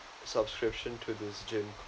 subscription to this gym